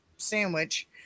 sandwich